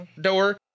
door